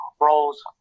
roles